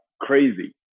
crazy